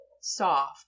soft